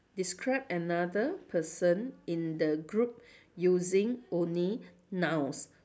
describe another person in the group using only nouns